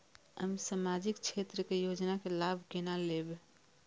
हम सामाजिक क्षेत्र के योजना के लाभ केना लेब?